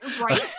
Right